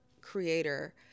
creator